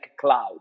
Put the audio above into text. cloud